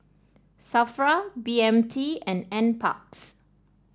Safra B M T and NParks